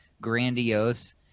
grandiose